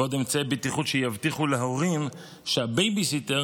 ועוד אמצעי בטיחות שיבטיחו להורים שהבייביסיטר